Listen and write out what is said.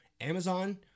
Amazon